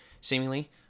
Seemingly